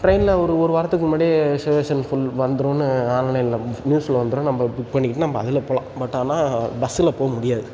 ட்ரெயினில் ஒரு ஒரு வாரத்துக்கு முன்னாடியே ரிசர்வேஷன் ஃபுல் வந்துடுன்னு ஆன்லைனில் நியூஸில் வந்துடும் நம்ம புக் பண்ணிக்கிட்டு நம்ம அதில் போகலாம் பட் ஆனால் பஸ்ஸில் போக முடியாது